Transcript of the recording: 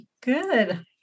Good